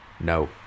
No